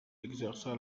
exerça